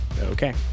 okay